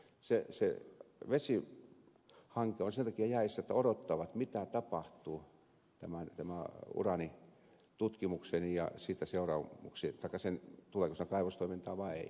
se vesihanke on sen takia jäissä että odottavat mitä tapahtuu tämän uraanitutkimuksen ja sen seuraamusten suhteen tuleeko sinne kaivostoimintaa vai ei